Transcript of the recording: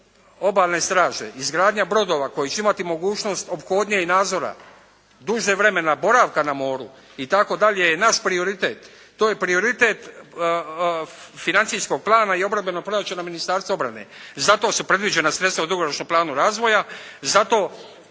Obalne straže, izgradnja brodova koji će imati mogućnost ophodnje i nadzora, dužeg vremena boravka na moru itd., je naš prioritet. To je prioritet financijskog plana i obrambenog proračuna Ministarstva obrane. Zato su predviđena sredstva u dugoročnom planu razvoja. Zato